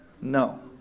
No